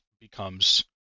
becomes